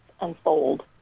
unfold